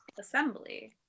assembly